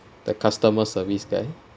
the customer service there